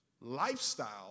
lifestyle